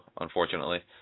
unfortunately